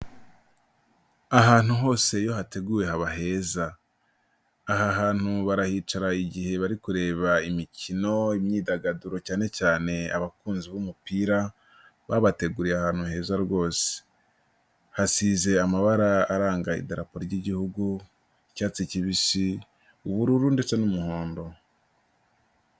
Ahantu hose iyo hateguwe haba heza, aha hantu barahicara igihe bari kureba imikino, imyidagaduro, cyane cyane abakunzi b'umupira, babateguriye ahantu heza rwose, hasize amabara aranga irapo ry'Igihugu, icyatsi kibisi, ubururu ndetse n'umuhondo.